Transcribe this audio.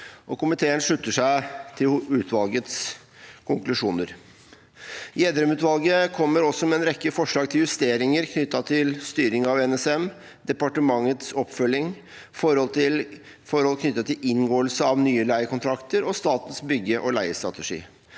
Komiteen slutter seg til utvalgets konklusjoner. Gjedrem-utvalget kommer også med en rekke forslag til justeringer knyttet til styringen av NSM, departementets oppfølging, forhold knyttet til inngåelse av nye leiekontrakter og statens bygge- og leiestrategi.